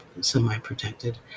semi-protected